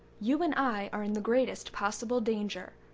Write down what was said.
you and i are in the greatest possible danger.